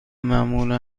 معمولا